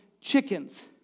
chickens